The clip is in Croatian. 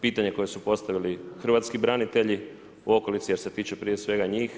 Pitanje koje su postavili hrvatski branitelji u okolici jer se tiče prije svega njih.